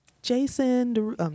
Jason